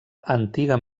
antiga